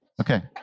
Okay